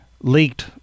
leaked